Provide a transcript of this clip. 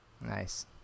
Nice